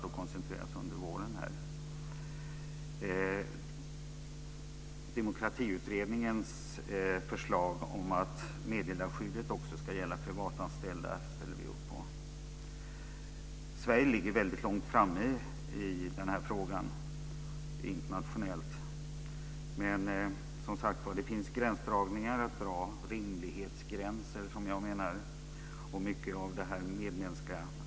Vi ställer också upp på Demokratiutredningens förslag om att meddelarskyddet också ska gälla privatanställda. Sverige ligger långt framme i frågan internationellt sett. Men det finns gränser att dra, rimlighetsgränser, dvs. det medmänskliga ansvar som vi måste ta.